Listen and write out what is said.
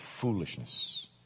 foolishness